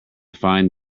fine